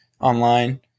online